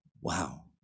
Wow